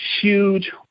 huge